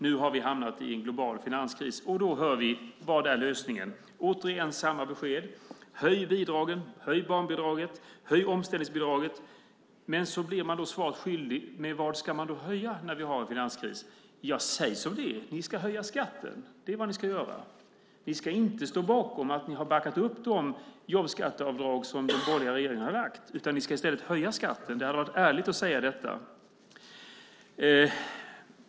Nu har vi hamnat i en global finanskris. Vad hör vi då är lösningen? Återigen samma besked: Höj bidragen! Höj barnbidraget! Höj omställningsbidraget! Men så blir man svaret skyldig: Med vad ska man höja när vi har finanskris? Säg som det är! Ni ska höja skatten. Det är vad ni ska göra. Ni ska inte stå bakom att ni har backat upp de jobbskatteavdrag som den borgerliga regeringen har föreslagit. Ni ska i stället höja skatten. Det hade varit ärligt att säga detta.